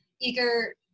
eager